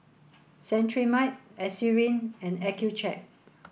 Cetrimide Eucerin and Accucheck